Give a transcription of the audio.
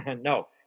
No